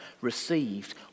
received